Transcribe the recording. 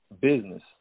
business